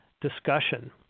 discussion